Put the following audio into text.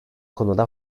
konuda